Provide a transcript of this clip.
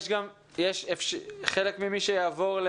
חלק ממי שיעבור,